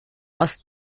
aus